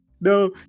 No